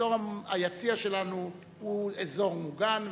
היציע שלנו הוא אזור מוגן,